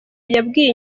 yabwiye